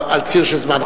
על ציר של זמן.